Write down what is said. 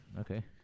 okay